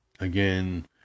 again